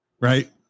right